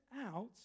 out